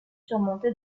surmonté